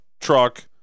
truck